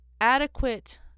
adequate